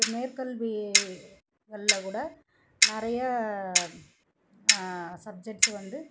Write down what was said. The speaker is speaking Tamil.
இப்போ மேற்கல்விகளில் கூட நிறைய சப்ஜெக்ட்ஸ் வந்து